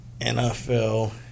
NFL